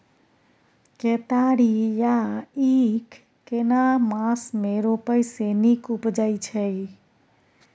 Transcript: केतारी या ईख केना मास में रोपय से नीक उपजय छै?